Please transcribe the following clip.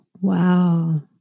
wow